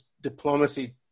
diplomacy